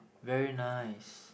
very nice